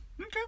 Okay